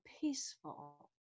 peaceful